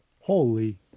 Holy